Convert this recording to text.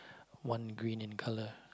one green in colour